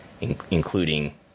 including